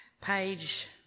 page